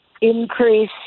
increase